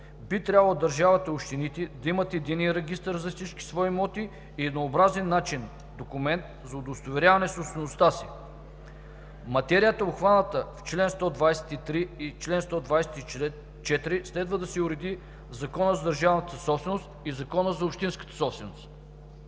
Би трябвало държавата и общините да имат единен регистър за всички свои имоти и еднообразен начин – документ за удостоверяване на собствеността си. Материята, обхваната в чл. 123 и чл. 124, следва да се уреди в Закона за държавната собственост и Закона за общинската собственост.